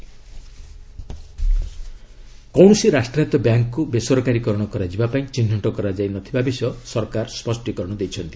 RS banks କୌଣସି ରାଷ୍ଟ୍ରାୟତ ବ୍ୟାଙ୍କ୍କୁ ବେସରକାରୀ କରଣ କରାଯିବା ପାଇଁ ଚିହ୍ନଟ କରାଯାଇନ ଥିବା ବିଷୟ ସରକାର ସ୍ୱଷ୍ଟିକରଣ ଦେଇଛନ୍ତି